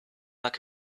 like